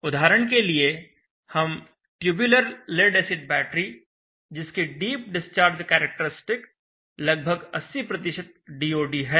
उदाहरण के लिए हम ट्यूब्युलर लेड एसिड बैटरी जिसकी डीप डिस्चार्ज कैरेक्टरिस्टिक लगभग 80 डीओडी है